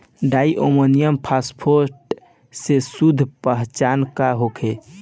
Di ammonium phosphate के शुद्ध पहचान का होखे?